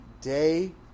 day